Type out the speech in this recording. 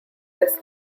this